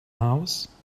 house